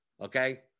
okay